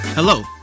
Hello